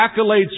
accolades